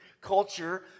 culture